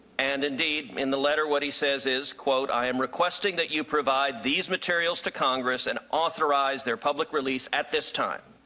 and indeed in the letter, what he says is, quote, i am requesting that you provide these materials to congress and authorize their public release at this time.